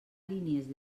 línies